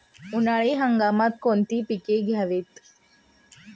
उन्हाळी हंगामात कोणती पिके घ्यावीत?